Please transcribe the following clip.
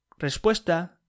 respuesta